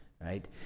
right